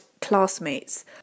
classmates